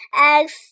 eggs